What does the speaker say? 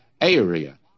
area